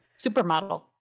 supermodel